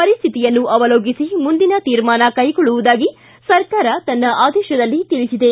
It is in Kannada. ಪರಿಸ್ಸಿತಿಯನ್ನು ಅವಲೋಕಿಸಿ ಮುಂದಿನ ತೀರ್ಮಾನ ಕೈಗೊಳ್ಳುವುದಾಗಿ ಸರ್ಕಾರ ತನ್ನ ಆದೇಶದಲ್ಲಿ ತಿಳಿಸಿದೆ